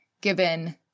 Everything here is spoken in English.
given